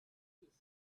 fish